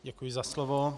Děkuji za slovo.